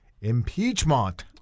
Impeachment